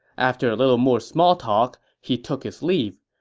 after a little more small talk, he took his leave.